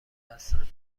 هستند